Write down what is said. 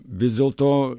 vis dėlto